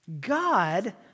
God